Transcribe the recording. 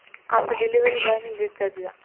آپ کے delivery boy نے لیٹ کر دیا